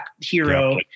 hero